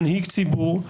מנהיג ציבור,